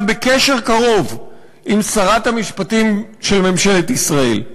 בקשר קרוב עם שרת המשפטים של ממשלת ישראל.